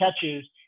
catches